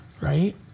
right